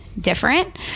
different